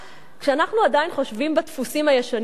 כשאנחנו עדיין חושבים בדפוסים הישנים האלה,